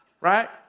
Right